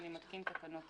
הנושא הוא תקנות